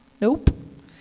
nope